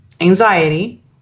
anxiety